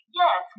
yes